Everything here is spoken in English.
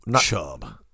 chub